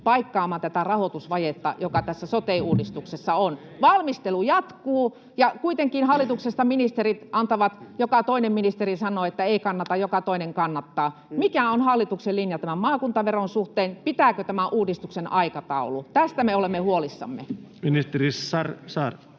paikkaamaan tätä rahoitusvajetta, joka tässä sote-uudistuksessa on. Valmistelu jatkuu, ja kuitenkin hallituksesta joka toinen ministeri sanoo, että ei kannata, joka toinen kannattaa. Mikä on hallituksen linja tämän maakuntaveron suhteen? Pitääkö tämä uudistuksen aikataulu? Tästä me olemme huolissamme. Ministeri Saarikko,